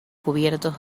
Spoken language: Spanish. cubiertos